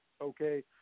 Okay